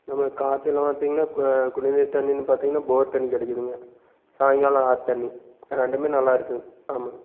நம்மளோ காத்தையில பார்த்தீங்கன்னா கு குடிநீர் தண்ணீன்னு பார்த்தீங்கன்னா போர்த்தண்ணி கிடைக்குதுங்க சாய்ங்காலம் ஆற்று தண்ணி ரெண்டுமே நல்லா இருக்கும் ஆமாம்